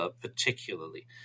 particularly